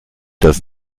das